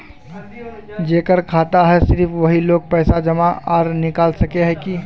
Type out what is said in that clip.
जेकर खाता है सिर्फ वही लोग पैसा जमा आर निकाल सके है की?